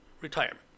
retirement